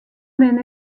men